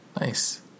Nice